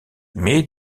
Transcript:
mais